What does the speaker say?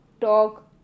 talk